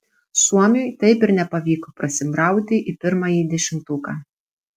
suomiui taip ir nepavyko prasibrauti į pirmąjį dešimtuką